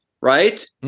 right